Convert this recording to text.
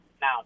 Now